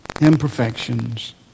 imperfections